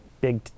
big